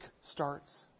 starts